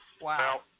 Wow